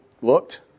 looked